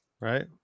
Right